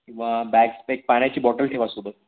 किंवा बॅग पाण्याची बॉटल ठेवा सोबत